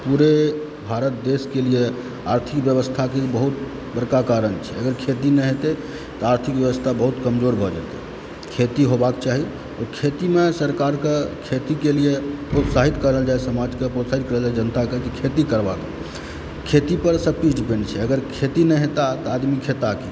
पूरे भारत देशकेँ लिए आर्थिक व्यवस्थाकेँ बहुत बड़का कारण छै अगर खेती नहि हेतय तऽ आर्थिक व्यवस्था बहुत कमजोर भऽ जेतय खेती होबाक चाही ओहि खेतीमे सरकारके खेतीके लिए प्रोत्साहित करल जाय समाजकऽ प्रोत्साहित करल जाय जनताकऽ की खेती करबाक लेल खेती पर सभ किछु डिपेण्ड छै अगर खेती नहि हेतय तऽ आदमी खेता की